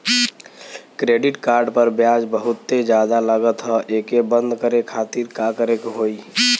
Credit card पर ब्याज बहुते ज्यादा लगत ह एके बंद करे खातिर का करे के होई?